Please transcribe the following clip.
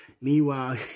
Meanwhile